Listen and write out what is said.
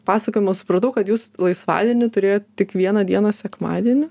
pasakojimo supratau kad jūs laisvadienį turėjot tik vieną dieną sekmadienį